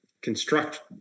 construct